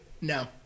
No